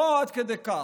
לא עד כדי כך.